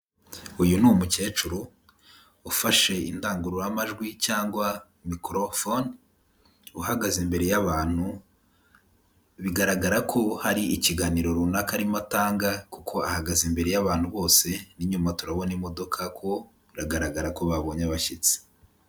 Uyu ni umukecuru ufashe indangururamajwi cyangwa mikorofone, uhagaze imbere y'abantu, bigaragara ko hari ikiganiro runaka arimo atanga kuko ahagaze imbere y'abantu bose, n'inyuma turabona imodoka ko biragaragara ko babonye abashyitsi.